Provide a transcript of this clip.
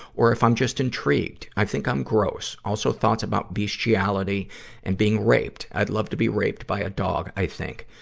or if i'm just intrigued. i think i'm gross. also, thoughts about bestiality and being raped. i'd love to be raped by a dog, i think.